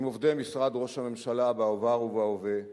עם עובדי משרד ראש הממשלה בעבר ובהווה,